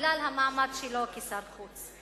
בגלל המעמד שלו כשר החוץ.